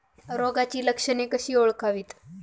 रोगाची लक्षणे कशी ओळखावीत?